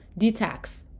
detox